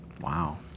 Wow